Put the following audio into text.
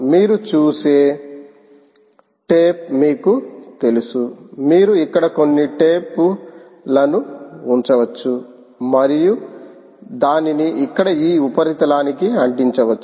మీరు చూసే టేప్ మీకు తెలుసు మీరు ఇక్కడ కొన్ని టేపు లను ఉంచవచ్చు మరియు దానిని ఇక్కడ ఈ ఉపరితలానికి అంటించవచ్చు